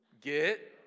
get